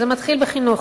זה מתחיל בחינוך.